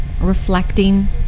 Reflecting